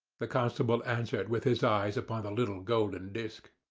the constable answered with his eyes upon the little golden disk.